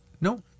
No